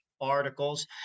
articles